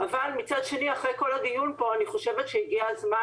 אבל מצד שני אחרי כל הדיון פה אני חושבת שהגיע הזמן